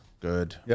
good